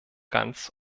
ganz